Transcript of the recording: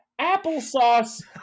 applesauce